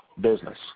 business